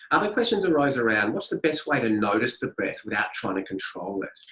other questions arose around what's the best way to notice the breath without trying to control it.